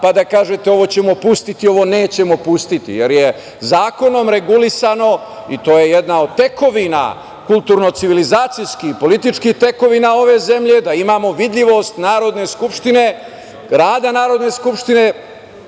pa da kažete – ovo ćemo pustiti, ovo nećemo pustiti, jer je zakonom regulisano i to je jedna od tekovina kulturnocivilizacijskih, političkih tekovina ove zemlje, da imamo vidljivost Narodne skupštine, rada Narodne skupštine,